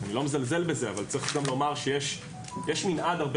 אני לא מזלזל בזה אבל צריך גם לומר שיש מנעד הרבה